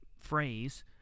phrase